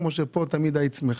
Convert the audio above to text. כמו שפה תמיד היית שמחה.